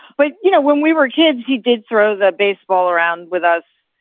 but, you know, when we were kids, he did throw the baseball around with us.